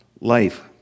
life